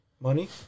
money